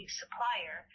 supplier